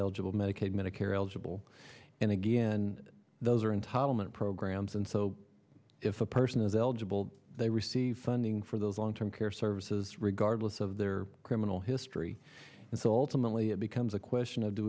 eligible medicaid medicare eligible and again those are entitlement programs and so if a person is eligible they receive funding for those long term care services regardless of their criminal history and sultana only it becomes a question of do